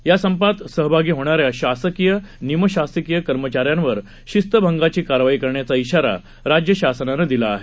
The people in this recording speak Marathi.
या संपात सहभागी होणाऱ्या शासकीय निमशासकीय कर्मचाऱ्यांवर शिस्तभंगाची कारवाई करण्याचा इशारा राज्य शासनानं दिला आहे